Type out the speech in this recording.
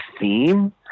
theme